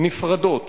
נפרדות